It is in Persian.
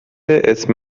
اسم